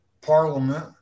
parliament